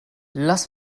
lass